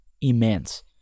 immense